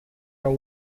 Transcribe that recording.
are